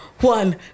one